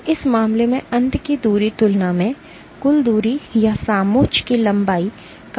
और इस मामले में अंत की दूरी की तुलना में कुल दूरी या समोच्च की लंबाई काफी अधिक है